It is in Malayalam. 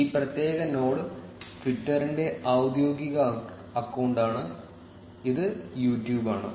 ഈ പ്രത്യേക നോഡ് ട്വിറ്ററിന്റെ ഔദ്യോഗിക അക്കൌണ്ടാണ് ഇത് യു ട്യൂബ് ആണ്